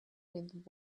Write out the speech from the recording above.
with